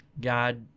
God